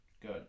Good